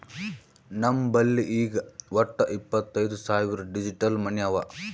ನಮ್ ಬಲ್ಲಿ ಈಗ್ ವಟ್ಟ ಇಪ್ಪತೈದ್ ಸಾವಿರ್ ಡಿಜಿಟಲ್ ಮನಿ ಅವಾ